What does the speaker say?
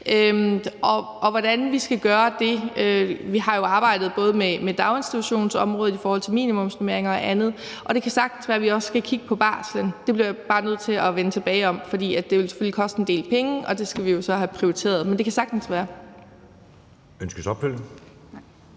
Og hvordan skal vi gøre det? Vi har jo også arbejdet med daginstitutionsområdet i forhold til minimumsnormeringer og andet, og det kan sagtens være, at vi også skal kigge på barslen. Det bliver jeg bare nødt til at vende tilbage om. For det vil selvfølgelig koste en del penge, og det skal vi jo så have prioriteret. Men det kan sagtens være.